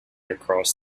across